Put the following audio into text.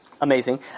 amazing